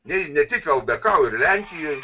nei ne tik ldk o ir lenkijoj